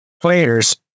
players